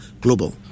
global